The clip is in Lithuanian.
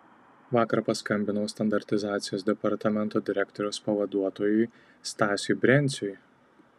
vakar paskambinau standartizacijos departamento direktoriaus pavaduotojui stasiui brenciui